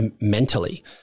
mentally